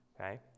Okay